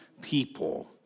people